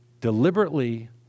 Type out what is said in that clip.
deliberately